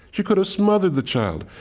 she could have smothered the child.